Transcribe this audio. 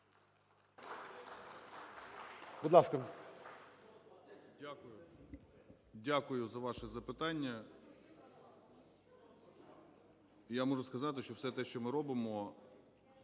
Дякую за ваше запитання. Я можу сказати, що все те, що ми робимо,